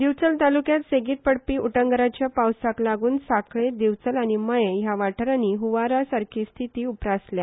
दिवचल तालुक्यात सेगीत पडपी उटंगराच्या पावसाक लागून साखळे दिवचल आनी मये ह्या वाठारांनी ह्वारा सारखी स्तिती उप्रासल्या